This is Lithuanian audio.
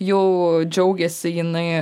jau džiaugiasi jinai